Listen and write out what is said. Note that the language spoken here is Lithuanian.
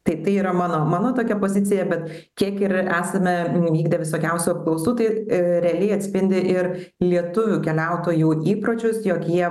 tai tai yra mano mano tokia pozicija bet kiek ir esame įvykdę visokiausių apklausų tai realiai atspindi ir lietuvių keliautojų įpročius jog jie